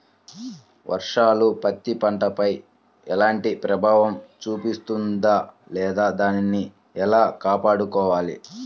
వర్షాలు పత్తి పంటపై ఎలాంటి ప్రభావం చూపిస్తుంద లేదా దానిని ఎలా కాపాడుకోవాలి?